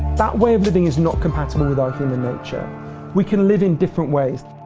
that way everything is not compatible with our human nature we can live in different ways.